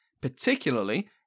particularly